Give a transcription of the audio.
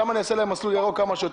שם אני אעשה להם מסלול ירוק כמה שיותר